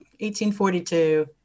1842